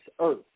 earth